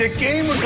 ah game!